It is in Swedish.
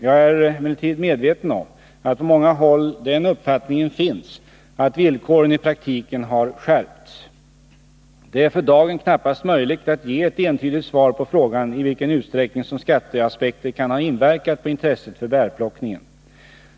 Jag är emellertid medveten om att på många håll den uppfattningen finns att villkoren i praktiken har skärpts. Det är för dagen knappast möjligt att ge ett entydigt svar på frågan i vilken utsträckning skatteaspekter kan ha inverkat på intresset för bärplockningen.